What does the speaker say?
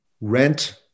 rent